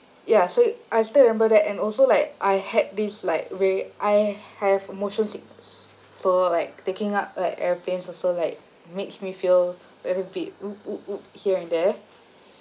ya so I still remember that and also like I had this like re~ I have motion sickness so like taking up like airplanes also like makes me feel a bit woo woo woo here and there